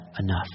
enough